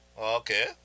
Okay